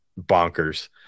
bonkers